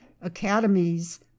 academies